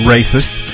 Racist